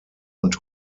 und